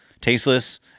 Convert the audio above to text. tasteless